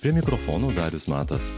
prie mikrofono darius matas